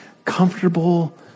Comfortable